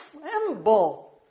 tremble